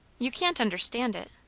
you can't understand it.